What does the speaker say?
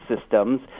systems